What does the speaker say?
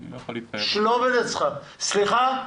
סליחה.